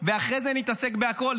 אחרי זה נתעסק בכול,